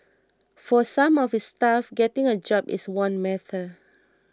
for some of his staff getting a job is one matter